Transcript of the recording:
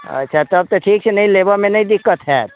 अच्छा तब तऽ ठीक छै लेबैमे नहि दिक्कत हैत